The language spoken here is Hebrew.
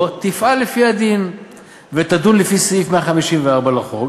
תפעל לפי הדין ותדון לפי סעיף 154 לחוק